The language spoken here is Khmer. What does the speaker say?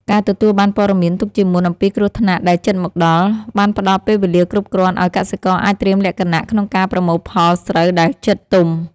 ការទទួលបានព័ត៌មានទុកជាមុនអំពីគ្រោះថ្នាក់ដែលជិតមកដល់ បានផ្តល់ពេលវេលាគ្រប់គ្រាន់ឱ្យកសិករអាចត្រៀមលក្ខណៈក្នុងការប្រមូលផលស្រូវដែលជិតទុំ។